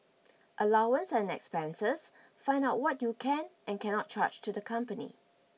allowance and expenses find out what you can and cannot charge to the company